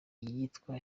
iyitwa